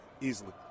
easily